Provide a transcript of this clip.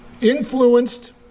influenced